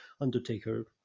Undertaker